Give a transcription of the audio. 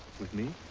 with me.